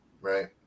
right